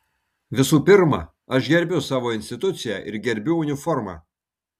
visų pirma aš gerbiu savo instituciją ir gerbiu uniformą